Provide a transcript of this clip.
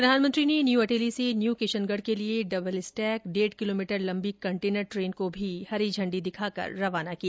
प्रधानमंत्री ने न्यू अटेली से न्यू किशनगढ़ के लिए डबल स्टैक डेढ़ किलोमीटर लंबी कंटेनर ट्रेन को भी हरी झंडी दिखाकर रवाना किया